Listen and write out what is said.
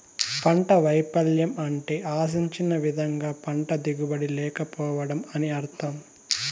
పంట వైపల్యం అంటే ఆశించిన విధంగా పంట దిగుబడి లేకపోవడం అని అర్థం